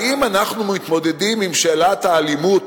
האם אנחנו מתמודדים עם שאלת האלימות